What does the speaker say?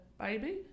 baby